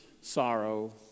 sorrow